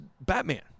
Batman